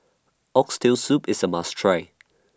Oxtail Soup IS A must Try